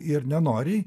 ir nenoriai